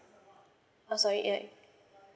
oh sorry uh